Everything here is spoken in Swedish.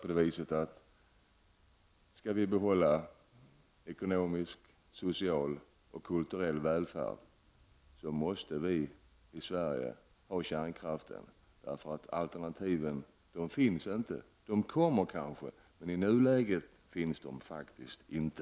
För att vi skall kunna behålla ekonomisk, social och kulturell välfärd måste vi i Sverige ha kärnkraften. Några alternativ finns inte. De kommer kanske, men i nuläget finns de faktiskt inte.